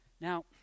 Now